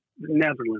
Netherlands